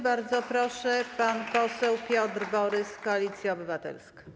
Bardzo proszę, pan poseł Piotr Borys, Koalicja Obywatelska.